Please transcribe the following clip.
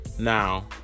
Now